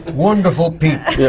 wonderful people.